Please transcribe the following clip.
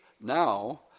now